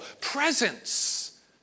presence